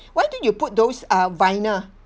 why don't you put those uh vinyl